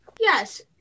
Yes